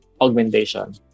augmentation